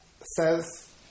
says